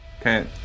Okay